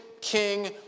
king